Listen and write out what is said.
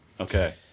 Okay